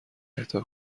اهدا